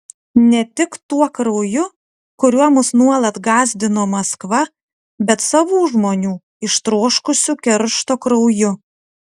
ne tik tuo krauju kuriuo mus nuolat gąsdino maskva bet savų žmonių ištroškusių keršto krauju